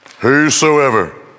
whosoever